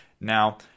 Now